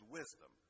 wisdom